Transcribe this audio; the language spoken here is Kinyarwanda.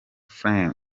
flame